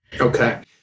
Okay